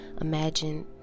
Imagine